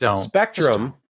spectrum